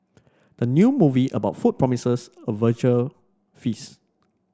the new movie about food promises a visual feast